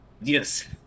yes